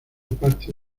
parte